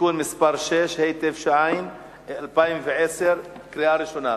(תיקון מס' 6), התש"ע 2010, לקריאה ראשונה.